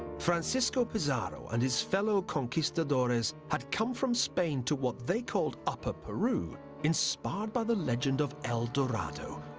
francisco pizarro and his fellow conquistadores had come from spain to what they called upper peru inspired by the legend of el dorado,